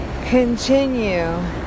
continue